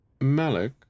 Malik